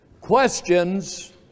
questions